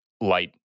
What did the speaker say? light